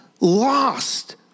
lost